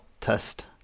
test